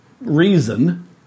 reason